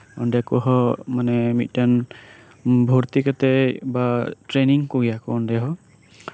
ᱚᱱᱰᱮ ᱠᱚᱦᱚᱸ ᱢᱤᱫᱴᱟᱱ ᱵᱷᱚᱨᱛᱤ ᱠᱟᱛᱮᱜ ᱵᱟ ᱴᱮᱱᱤᱝ ᱠᱚᱜᱮᱭᱟᱠᱚ ᱚᱱᱰᱮ ᱦᱚᱸ